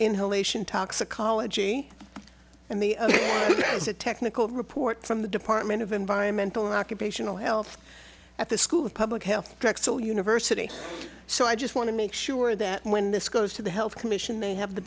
inhalation toxicology and the other is a technical report from the department of environmental occupational health at the school of public health trachsel university so i just want to make sure that when this goes to the health commission they have the